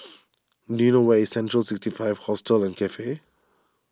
do you know where is Central six five Hostel and Cafe